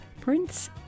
Prince